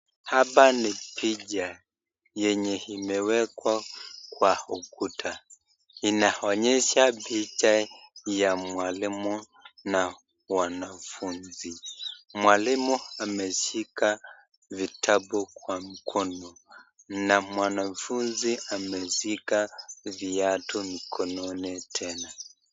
Hapa ni picha yenye imewekwa kwa ukuta, inaonyesha picha ya mwalimu na wanafunzi. Mwalimu ameshika vitabu kwa mkono na mwanafunzi ameshika viatu mkononi tena.